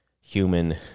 human